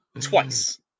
twice